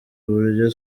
buryo